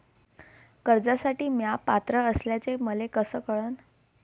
कर्जसाठी म्या पात्र असल्याचे मले कस कळन?